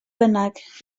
bynnag